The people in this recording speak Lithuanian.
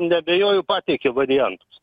neabejoju pateikė variantus